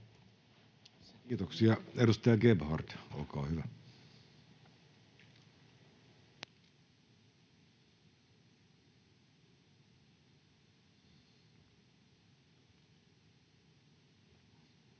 Kiitoksia. — Edustaja Gebhard, olkaa hyvä. [Speech